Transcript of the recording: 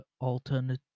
alternative